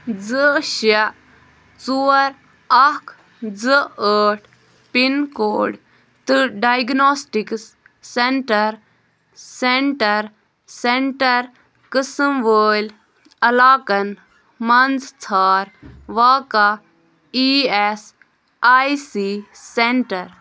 زٕ شےٚ ژور اکھ زٕ ٲٹھ پِن کوڈ تہٕ ڈایگناسٹِکس سینٹر سینٹر سینٹر قٕسم وٲلۍ علاقن مَنٛز ژھار واقع E S I C centre